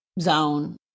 zone